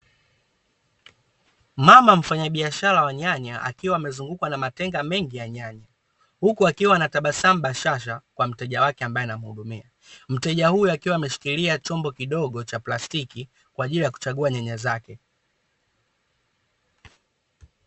Mama mfanya biashara wa nyanya akiwa amezungukwa na matenga mengi ya nyanya, huku akiwa na tabasamu bashasha kwa mteja wake anaemhudumia. Mteja huyo akiwa ameshkilia chombo kidogo cha plastiki kwa ajili ya kuchagua nyanya zake.